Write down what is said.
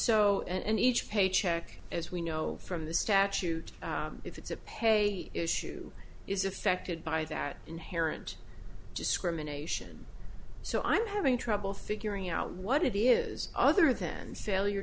so and each paycheck as we know from the statute if it's a pay issue is affected by that inherent discrimination so i'm having trouble figuring out what it is other than